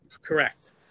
correct